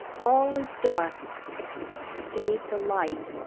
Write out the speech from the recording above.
all is dark save the light,